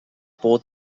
bought